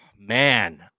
Man